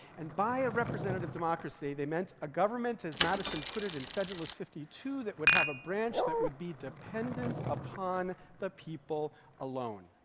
and by a representative democracy, they meant a government, as madison put it in federalist fifty two, that would have a branch that would be dependent upon the people alone.